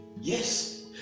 yes